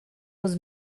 was